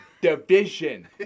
Division